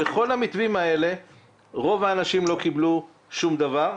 בכל המתווים האלה רוב האנשים לא קיבלו שום דבר,